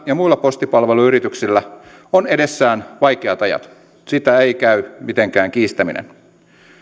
ja muilla postipalveluyrityksillä on edessään vaikeat ajat sitä ei käy mitenkään kiistäminen